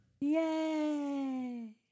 Yay